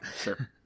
sure